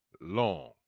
long